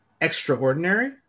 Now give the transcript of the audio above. extraordinary